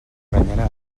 granyena